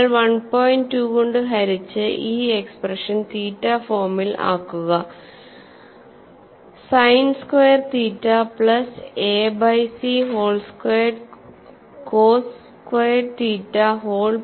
നിങ്ങൾ I 2 കൊണ്ട് ഹരിച്ച് ഈ എക്സ്പ്രഷൻ തീറ്റ ഫോമിൽ ആക്കുക sine square theta plus a by c whole squared cos squared theta whole power 1 by 4